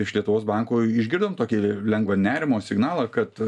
iš lietuvos banko išgirdom tokį lengvą nerimo signalą kad